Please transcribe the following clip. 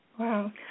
Wow